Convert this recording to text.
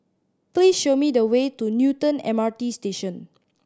please show me the way to Newton M R T Station